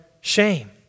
shame